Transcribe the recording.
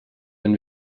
denn